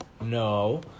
no